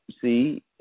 see